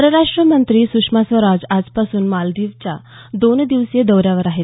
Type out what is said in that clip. परराष्ट्र मंत्री सुषमा स्वराज आजपासून मालदीवच्या दोन दिवसीय दौऱ्यावर आहेत